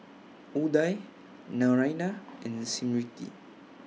Udai Naraina and Smriti